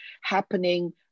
happening